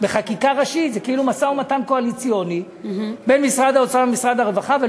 כאילו משא-ומתן קואליציוני בין משרד האוצר למשרד הרווחה בחקיקה ראשית,